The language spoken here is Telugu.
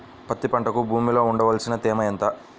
పత్తి పంటకు భూమిలో ఉండవలసిన తేమ ఎంత?